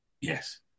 yes